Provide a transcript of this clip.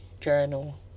journal